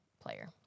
player